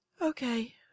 Okay